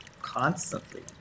constantly